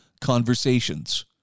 conversations